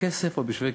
בכסף או בשווה כסף.